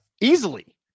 Easily